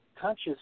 conscious